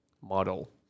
model